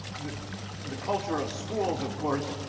the the culture of schools, of course,